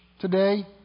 today